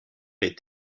est